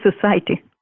society